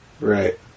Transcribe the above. Right